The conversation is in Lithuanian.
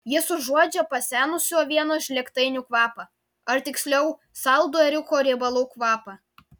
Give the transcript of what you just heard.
jis užuodžia pasenusių avienos žlėgtainių kvapą ar tiksliau saldų ėriuko riebalų kvapą